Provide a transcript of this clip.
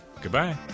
Goodbye